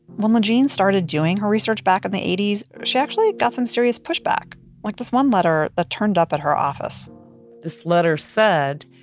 when lajean started doing her research back in the eighty s, she actually got some serious pushback like this one letter that turned up at her office this letter said,